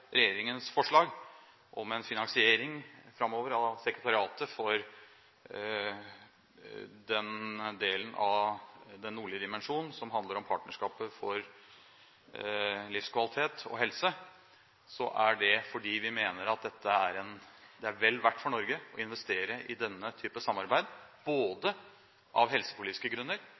regjeringens forslag om en finansiering framover av sekretariatet for den delen av Den nordlige dimensjon som handler om partnerskapet for livskvalitet og helse, er det fordi vi mener at det er vel verdt for Norge å investere i denne type samarbeid, både av helsepolitiske grunner